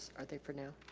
are they for now?